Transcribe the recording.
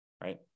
right